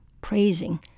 praising